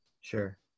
Sure